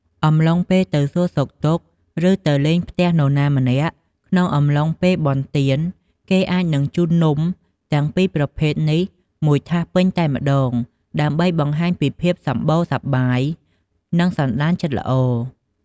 អំឡុងពេលទៅសួរសុខទុក្ខ ឬ ទៅលេងផ្ទះនរណាម្នាក់ ក្នុងអំឡុងពេលបុណ្យទាន គេអាចនឹងជូននំទាំងពីរប្រភេទនេះមួយថាសពេញតែម្ដង ដើម្បីបង្ហាញពីភាពសម្បូរសប្បាយ និងសណ្ដានចិត្តល្អ។